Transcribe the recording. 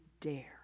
dare